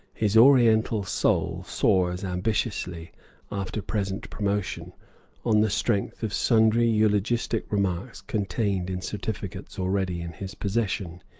his oriental soul soars ambitiously after present promotion on the strength of sundry eulogistic remarks contained in certificates already in his possession,